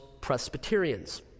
Presbyterians